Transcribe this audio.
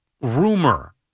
rumor